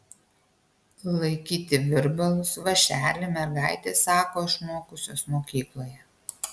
laikyti virbalus vąšelį mergaitės sako išmokusios mokykloje